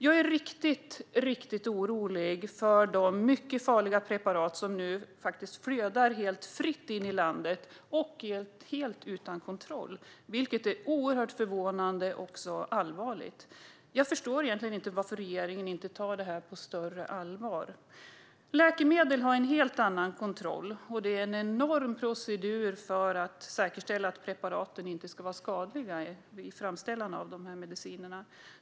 Jag är riktigt, riktigt orolig över att mycket farliga preparat nu faktiskt flödar fritt in i landet helt utan kontroll. Det är oerhört förvånande och allvarligt. Jag förstår inte varför regeringen inte tar det här på större allvar. Läkemedel har en helt annan kontroll, och det är en enorm procedur vid framställningen av dem för att säkerställa att de inte ska vara skadliga.